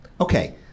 Okay